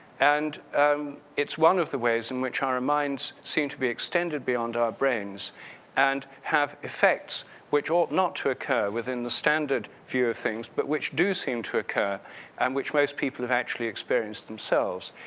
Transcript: and it's one the ways in which our ah mind seem to be extended beyond our brains and have effects which ought not to occur within the standard view of things. but which do seem to occur and which most people have actually experience themselves.